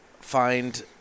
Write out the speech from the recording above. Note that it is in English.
find